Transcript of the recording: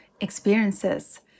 experiences